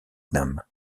nam